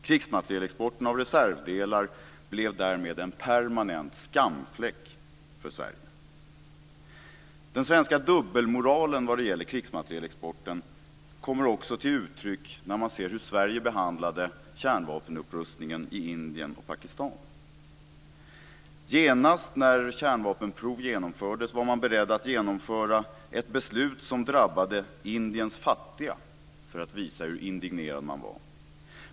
Krigsmaterielexporten av reservdelar blev därmed en permanent skamfläck för Sverige. Den svenska dubbelmoralen vad gäller krigsmaterielexporten kommer också till uttryck när man ser hur Sverige behandlade kärnvapenupprustningen i Indien och Pakistan. Genast när kärnvapenprov genomfördes var man beredd att genomdriva ett beslut som drabbade Indiens fattiga för att visa hur indignerad man var.